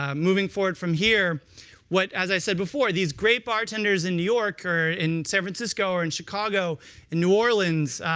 um moving forward from here what, as i said before, these great bartenders in new york, or in san francisco, or in chicago and new orleans,